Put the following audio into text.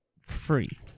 free